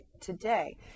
today